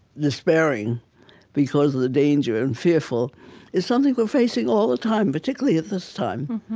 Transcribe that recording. despairing because of the danger and fearful is something we're facing all the time, particularly at this time.